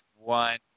one